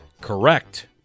Correct